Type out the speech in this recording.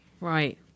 Right